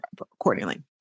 accordingly